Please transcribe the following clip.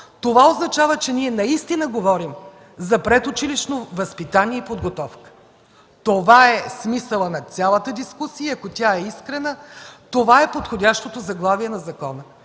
това означава, че ние наистина говорим за предучилищно възпитание и подготовка. Това е смисълът на цялата дискусия, ако тя е искрена. Това е подходящото заглавие на закона.